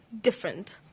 different